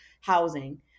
housing